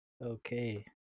Okay